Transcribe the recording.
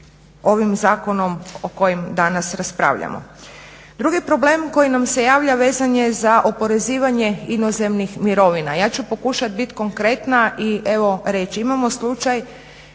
ovim zakonom o kojem danas raspravljamo? Drugi problem koji nam se javlja vezan je za oporezivanje inozemnih mirovina. ja ću pokušati bit konkretna i evo reći. Imamo slučaj